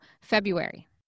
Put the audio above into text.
February